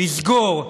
לסגור,